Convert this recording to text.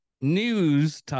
news